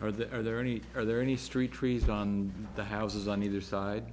heard that are there any are there any street trees around the houses on either side